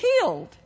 healed